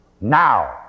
Now